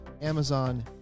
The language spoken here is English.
Amazon